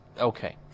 Okay